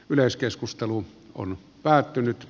yleiskeskustelu on päättynyt